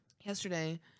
yesterday